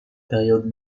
période